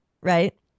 right